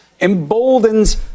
emboldens